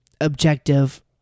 objective